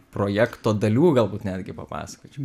projekto dalių galbūt netgi papasakočiau